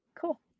Cool